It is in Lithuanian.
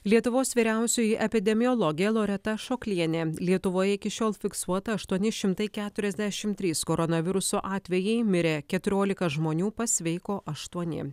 lietuvos vyriausioji epidemiologė loreta ašoklienė lietuvoje iki šiol fiksuota aštuoni šimtai keturiasdešim trys koronaviruso atvejai mirė keturiolika žmonių pasveiko aštuoni